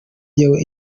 yewe